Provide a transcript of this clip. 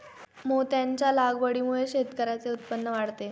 मोत्यांच्या लागवडीमुळे शेतकऱ्यांचे उत्पन्न वाढते